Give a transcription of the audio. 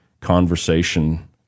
conversation